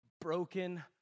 broken